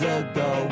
ago